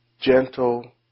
gentle